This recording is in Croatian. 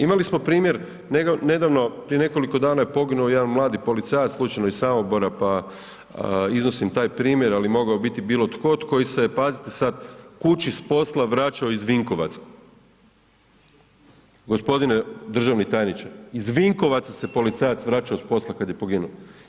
Imali smo primjer nedavno prije nekoliko dana je poginuo jedan mladi policajac, slučajno je iz Samobora, pa iznosim taj primjer, ali mogao je biti bilo tko koji se, pazite sad, kući s posla vraćao iz Vinkovaca. g. Državni tajniče, iz Vinkovaca se policajac vraćao s posla kad je poginuo.